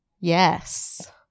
Yes